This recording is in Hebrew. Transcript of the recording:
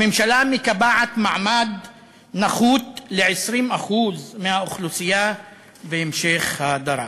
הממשלה מקבעת מעמד נחות ל-20% מהאוכלוסייה והמשך ההדרה.